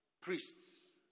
priests